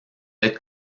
être